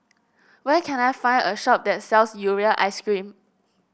where can I find a shop that sells Urea ice cream